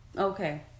Okay